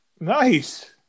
Nice